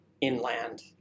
inland